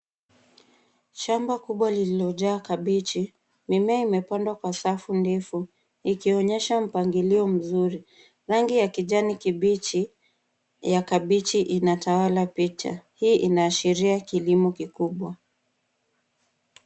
Shamba kubwa lililojaa kabichi. Mimea imepandwa kwa safu ndefu ikionyesha mpangilio mzuri. Rangi ya kijani kibichi ya kabichi inatawala picha. Hii inaashiria kilimo kikubwa.